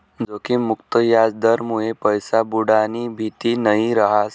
जोखिम मुक्त याजदरमुये पैसा बुडानी भीती नयी रहास